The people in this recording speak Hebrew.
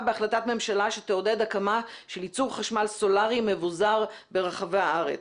בהחלטת ממשלה שתעודד הקמה של ייצור חשמל סולרי מבוזר ברחבי הארץ.